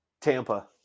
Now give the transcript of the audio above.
tampa